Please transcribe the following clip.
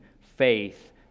faith